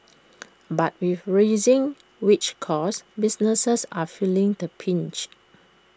but with rising wage costs businesses are feeling the pinch